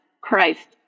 Christ